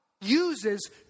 uses